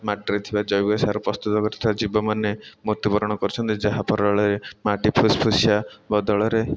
ମାଟିରେ ଥିବା ଜୈବିକ ସାର ପ୍ରସ୍ତୁତ କରିଥିବା ଜୀବମାନେ ମୃତ୍ୟୁବରଣ କରୁଛନ୍ତି ଯାହା ଫରିଳରେ ମାଟି ଫୁସ୍ଫୁସିଆ ବଦଳରେ